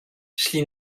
szli